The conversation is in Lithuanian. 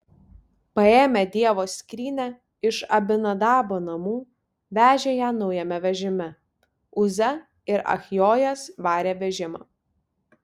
paėmę dievo skrynią iš abinadabo namų vežė ją naujame vežime uza ir achjojas varė vežimą